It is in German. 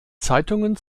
zeitungen